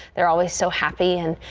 they're always so happy. and